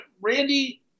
Randy